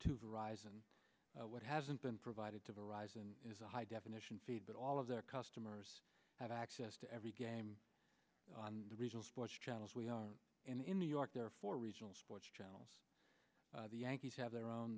to arise and what hasn't been provided to rise in is a high definition feed that all of their customers have access to every game on the regional sports channels we are in new york there are four regional sports channels the yankees have their own